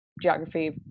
geography